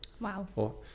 Wow